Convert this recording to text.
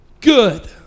Good